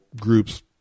groups